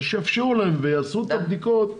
שיאפשרו להם ויעשו את הבדיקות.